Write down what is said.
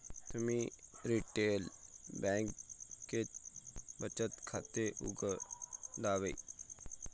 तुम्ही रिटेल बँकेत बचत खाते उघडावे